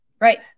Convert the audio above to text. Right